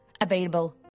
Available